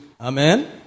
Amen